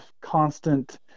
constant